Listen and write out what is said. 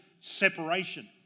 separation